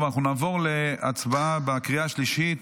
אנחנו נעבור להצבעה בקריאה השלישית,